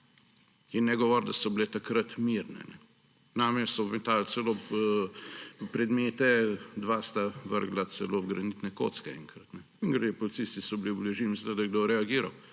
In ne govoriti, da so bile takrat mirne. Name so metali celo predmete, dva sta vrgla celo granitne kocke enkrat. In policisti so bili v bližini. Mislite, da je kdo reagiral?